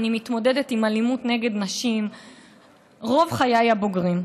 אני מתמודדת עם אלימות נגד נשים רוב חיי הבוגרים,